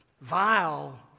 vile